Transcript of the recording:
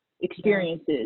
experiences